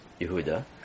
Yehuda